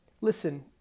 listen